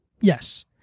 Yes